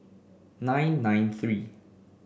nine nine three